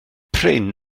prin